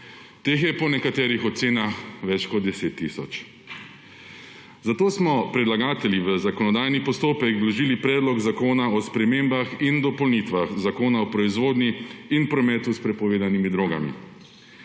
Teh je po nekaterih ocenah več kot 10 tisoč, zato smo predlagatelji v zakonodajni postopek vložili Predlog zakona o spremembah in dopolnitvah Zakona o proizvodnji in prometu s prepovedanimi drogami.